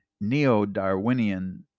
neo-Darwinian